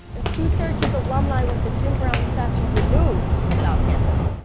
and two syracuse alumni want the jim brown statue removed from south campus.